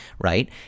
right